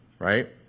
right